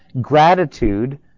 gratitude